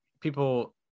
people